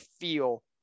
feel